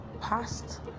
past